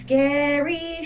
Scary